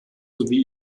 sowie